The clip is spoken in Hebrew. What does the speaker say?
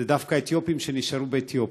אלה דווקא אתיופים שנשארו באתיופיה.